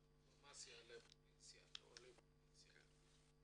גם אינפורמציה לעולים פוטנציאליים.